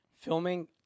Filming